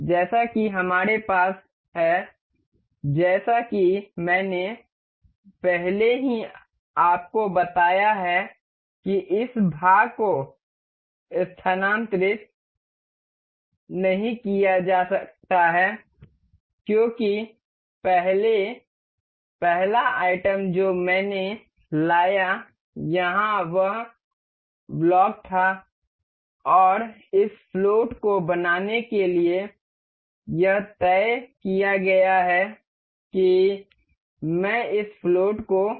जैसा कि हमारे पास है जैसा कि मैंने पहले ही आपको बताया है कि इस भाग को स्थानांतरित नहीं किया जा सकता है क्योंकि पहले पहला आइटम जो मैंने लाया यहां वह यह ब्लॉक था और इस फ्लोट को बनाने के लिए यह तय किया गया है कि मैं इस फ्लोट को बना सकता हूं